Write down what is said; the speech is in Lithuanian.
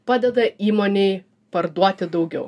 padeda įmonei parduoti daugiau